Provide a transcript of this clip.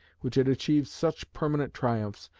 which had achieved such permanent triumphs,